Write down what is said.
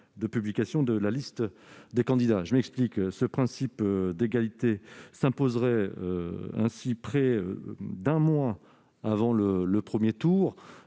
de publication de la liste des candidats. Ce principe d'égalité s'imposerait ainsi près d'un mois avant le premier tour,